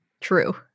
True